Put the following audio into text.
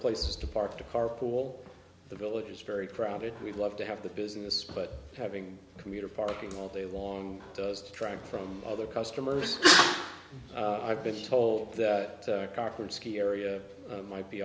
places to park to carpool the village is very crowded we'd love to have the business but having commuter parking all day long does detract from other customers i've been told that a car or ski area might be